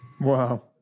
Wow